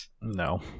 no